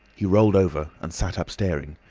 he rolled over and sat up staring.